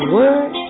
word